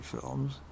films